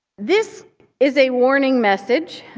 this is a warning message.